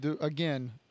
again